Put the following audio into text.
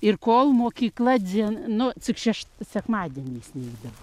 ir kol mokykla dzin nu cik šeš sekmadieniais neidavo